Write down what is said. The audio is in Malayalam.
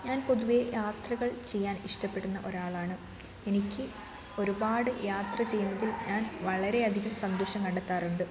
ഞാൻ പൊതുവെ യാത്രകൾ ചെയ്യാൻ ഇഷ്ടപ്പെടുന്ന ഒരാളാണ് എനിക്ക് ഒരുപാട് യാത്ര ചെയ്യുന്നതിൽ ഞാൻ വളരെ അധികം സന്തോഷം കണ്ടെത്താറുണ്ട്